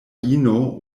ino